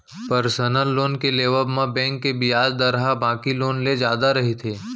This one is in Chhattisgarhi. परसनल लोन के लेवब म बेंक के बियाज दर ह बाकी लोन ले जादा रहिथे